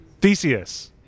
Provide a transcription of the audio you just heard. theseus